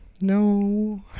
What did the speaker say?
no